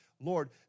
Lord